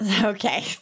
Okay